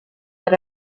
that